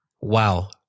Wow